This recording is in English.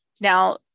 Now